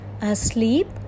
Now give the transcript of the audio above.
asleep